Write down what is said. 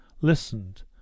listened